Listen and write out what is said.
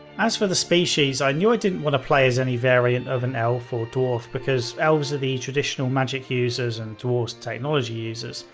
as for the species, i knew i didn't want to play as any variant of an elf or dwarf because elves are the traditional magick users and dwarves technology users,